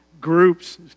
groups